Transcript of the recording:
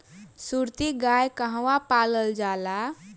सुरती गाय कहवा पावल जाला?